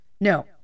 No